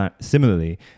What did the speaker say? similarly